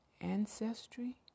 ancestry